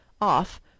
Off